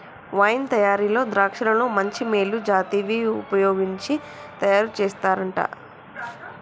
wine తయారీలో ద్రాక్షలను మంచి మేలు జాతివి వుపయోగించి తయారు చేస్తారంట